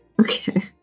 Okay